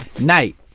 Night